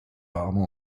rarement